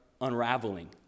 unraveling